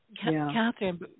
Catherine